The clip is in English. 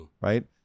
right